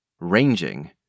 ranging